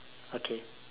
okay